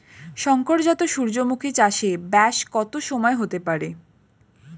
শংকর জাত সূর্যমুখী চাসে ব্যাস কত সময় হতে পারে?